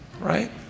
right